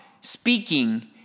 speaking